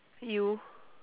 you